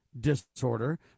disorder